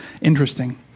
interesting